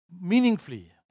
meaningfully